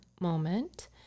moment